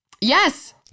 Yes